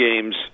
games